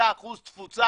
35% תפוסה